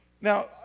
Now